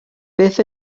beth